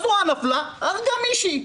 הזרוע נפלה והרגה מישהי.